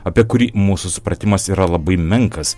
apie kurį mūsų supratimas yra labai menkas